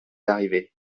arrivée